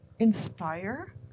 inspire